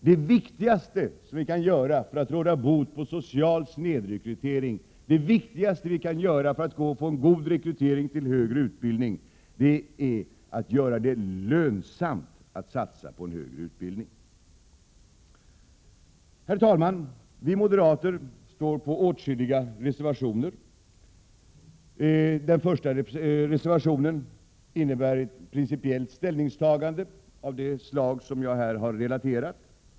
Det viktigaste som vi kan göra för att råda bot på den sociala snedrekryteringen och för att få god rekrytering till högre utbildning är att göra det lönsamt att satsa på högre utbildning. Herr talman! Vi moderater står bakom åtskilliga reservationer. Reservation 1 innebär ett principiellt ställningstagande av det slag som jag här har relaterat.